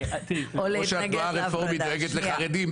כמו שהתנועה הרפורמית דואגת לחרדים,